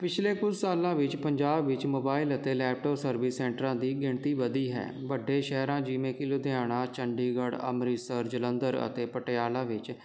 ਪਿਛਲੇ ਕੁਝ ਸਾਲਾਂ ਵਿੱਚ ਪੰਜਾਬ ਵਿੱਚ ਮੋਬਾਇਲ ਅਤੇ ਲੈਪਟੋਪ ਸਰਵਿਸ ਸੈਂਟਰਾਂ ਦੀ ਗਿਣਤੀ ਵਧੀ ਹੈ ਵੱਡੇ ਸ਼ਹਿਰਾਂ ਜਿਵੇਂ ਕਿ ਲੁਧਿਆਣਾ ਚੰਡੀਗੜ੍ਹ ਅੰਮ੍ਰਿਤਸਰ ਜਲੰਧਰ ਅਤੇ ਪਟਿਆਲਾ ਵਿੱਚ